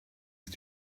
ist